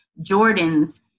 Jordan's